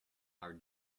are